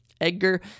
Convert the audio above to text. Edgar